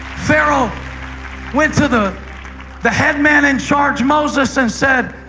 pharaoh went to the the head man in charge, moses, and said,